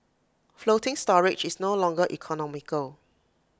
floating storage is no longer economical